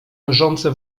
leżące